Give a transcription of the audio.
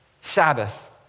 Sabbath